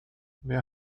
wer